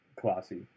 classy